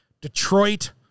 Detroit